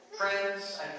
Friends